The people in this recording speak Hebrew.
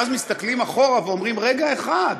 ואז מסתכלים אחורה ואומרים: רגע אחד,